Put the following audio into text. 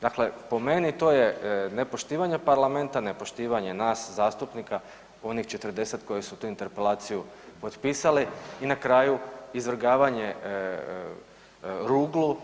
Dakle, po meni to je nepoštivanje parlamenta, nepoštivanje nas zastupnika, onih 40 koji su tu interpelaciju potpisali i na kraju izvrgavanje ruglu